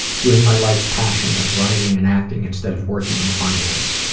doing my life's passion of writing and acting instead of working in finance,